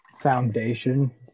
foundation